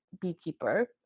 beekeeper